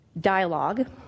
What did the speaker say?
Dialogue